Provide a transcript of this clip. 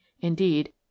Indeed